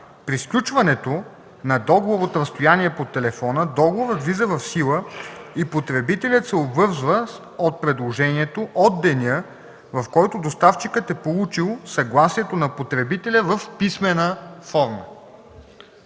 При сключването на договор от разстояние по телефона, договорът влиза в сила и потребителят се обвързва от предложението от деня, в който доставчикът е получил съгласието на потребителя в писмена форма.”